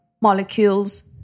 Molecules